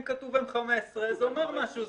אם כתוב M15 זה אומר משהו,